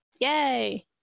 Yay